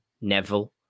Neville